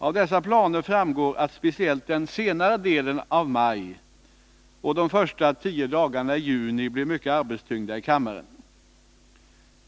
Av dessa planer framgår att speciellt den senare delen av maj och de första tio dagarna i juni blir mycket arbetstyngda i kammaren.